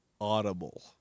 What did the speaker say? Audible